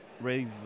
raise